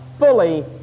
fully